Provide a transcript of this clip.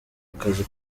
akazi